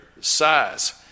size